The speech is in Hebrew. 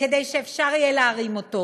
כדי שאפשר יהיה להרים אותו.